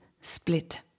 split